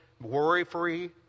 worry-free